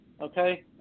okay